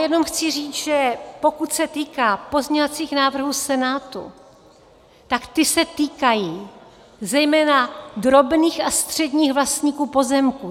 Jenom chci říct, že pokud se týká pozměňovacích návrhů Senátu, ty se týkají zejména drobných a středních vlastníků pozemků.